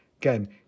Again